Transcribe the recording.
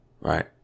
right